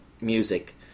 music